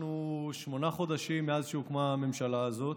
שמונה חודשם מאז הוקמה הממשלה הזאת,